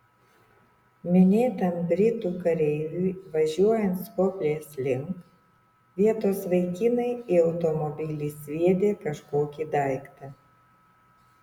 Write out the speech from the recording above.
minėtam britų kareiviui važiuojant skopjės link vietos vaikinai į automobilį sviedė kažkokį daiktą